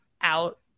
out